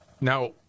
Now